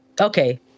okay